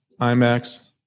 IMAX